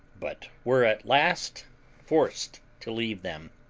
but were at last forced to leave them.